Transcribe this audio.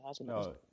No